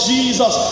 Jesus